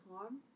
harm